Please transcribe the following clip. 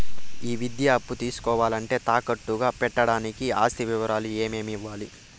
ఈ విద్యా అప్పు తీసుకోవాలంటే తాకట్టు గా పెట్టడానికి ఆస్తి వివరాలు ఏమేమి ఇవ్వాలి?